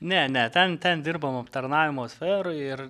ne ne ten ten dirbom aptarnavimo sferoje ir